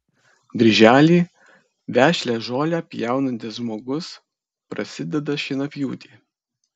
birželį vešlią žolę pjaunantis žmogus prasideda šienapjūtė